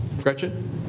Gretchen